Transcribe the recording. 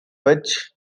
which